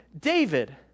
David